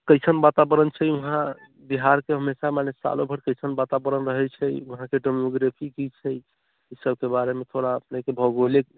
कइसन वातावरण छै वहाँ बिहारके हमेशा माने सालोभरि कइसन वातावरण रहै छै वहाँके डेमोग्राफी की छै ई सबके बारेमे थोड़ा अपनेके भौगोलिक